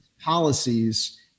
policies